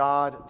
God